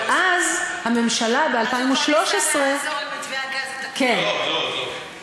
אבל אז הממשלה, ב-2013, מתווה הגז, לא, לא, לא.